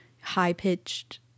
high-pitched